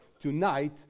Tonight